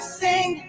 sing